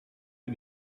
rue